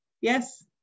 Yes